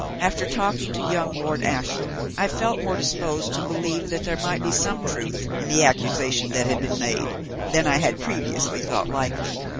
after talking to young lord ashiel, i felt more disposed to believe that there might be some truth in the accusation that had been made than i had previously thought likely.